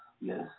Yes